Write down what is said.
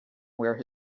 where